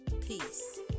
peace